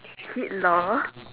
Hitler